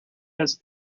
his